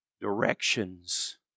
directions